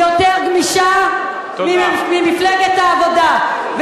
אין מפלגה יותר גמישה ממפלגת העבודה,